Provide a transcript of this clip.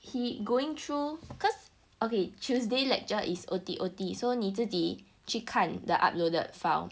he going through cause okay tuesday lecture is own time own target so 你自己去看 the uploaded file